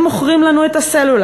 הם מוכרים לנו את הסלולר,